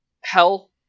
Hell